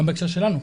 גם בהקשר שלנו,